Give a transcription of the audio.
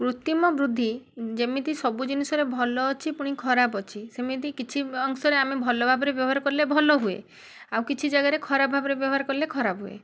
କୃତିମ ବୃଦ୍ଧି ଯେମିତି ସବୁ ଜିନିଷରେ ଭଲ ଅଛି ପୁଣି ଖରାପ ଅଛି ସେମିତି କିଛି ଅଂଶରେ ଆମେ ଭଲ ଭାବରେ ବ୍ୟବହାର କଲେ ଭଲ ହୁଏ ଆଉ କିଛି ଜାଗାରେ ଖରାପ ଭାବରେ ବ୍ୟବହାର କଲେ ଖରାପ ହୁଏ